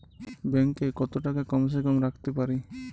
Bank এ কত টাকা কম সে কম রাখতে পারি?